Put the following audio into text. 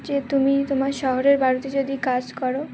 যে তুমি তোমার শহরের বাড়িতে যদি কাজ করো